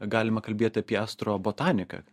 galima kalbėti apie astrobotaniką